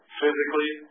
physically